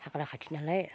हाग्रा खाथि नालाय